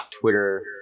Twitter